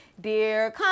Dear